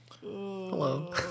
Hello